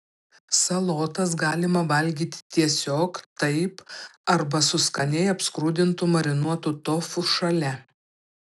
salotas galima valgyti tiesiog taip arba su skaniai apskrudintu marinuotu tofu šalia